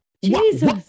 Jesus